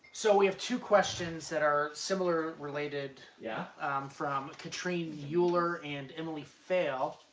so we have two questions that are similar related yeah from katrine mueller and emily fail.